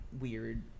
weird